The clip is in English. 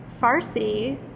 Farsi